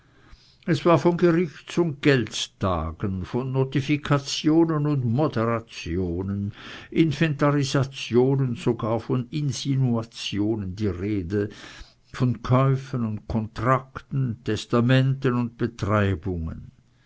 es war von gerichts und geldstagen von notifikationen und moderationen inventarisationen sogar von insinuationen die rede von käufen und kontrakten testamenten und